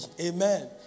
amen